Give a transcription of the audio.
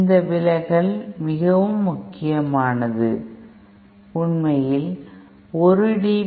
இந்த விலகல் மிகவும் முக்கியமானது உண்மையில் 1 dB